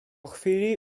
chwili